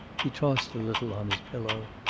he tossed a little on his pillow,